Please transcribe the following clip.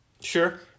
Sure